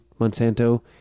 Monsanto